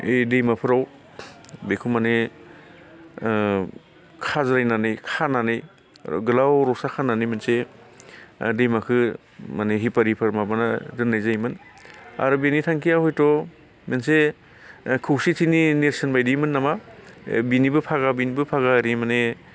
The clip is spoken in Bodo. ओइ दैमाफोराव बेखौ माने ओ खाज्रायनानै खानानै गोलाव रसा खानानै मोनसे ओ दैमाखो मानि हिफारिफोर माबाना दोननाय जायोमोन आरो बिनि थांखिया हयथ' मोनसे खौसेथिनि नेरसोनबायदिमोन नामा बिनिबो फागा बिनिबो फागा ओरै माने